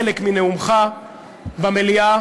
מנאומך במליאה